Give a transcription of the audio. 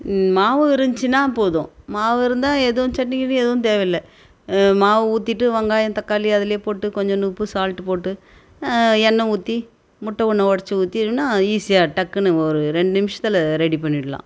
மாவு இருந்துச்சின்னால் போதும் மாவு இருந்தால் எதுவும் சட்னி கிட்னி எதுவும் தேவயில்லை மாவு ஊற்றிட்டு வெங்காயம் தக்காளி அதுலேயே போட்டு கொஞ்சோண்டு உப்பு சால்ட்டு போட்டு எண்ணெய் ஊற்றி முட்டை ஒன்று உடச்சி ஊற்றி இது பண்ணால் ஈஸியாக டக்குன்னு ஒரு ரெண்டு நிமிஷத்தில் ரெடி பண்ணிடுலாம்